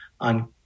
on